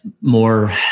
more